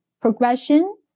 progression